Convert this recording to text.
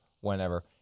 whenever